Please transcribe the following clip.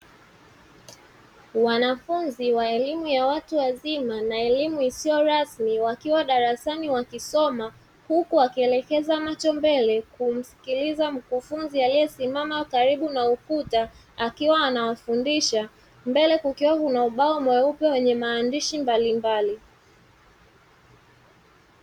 Wanafunzi wa elimu ya watu wazima na elimu isiyo rasmi wakiwa darasani wakisoma huku wakielekeza macho mbele, kumsikiliza mkufunzi aliyesimama karibu na ukuta akiwa anawafundisha, mbele kukiwa na ubao mweupe wenye maandishi mbalimbali.